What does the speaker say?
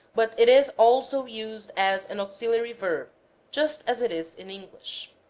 but it is also used as an auxiliary verb just as it is in english.